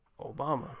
Obama